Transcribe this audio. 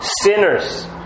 Sinners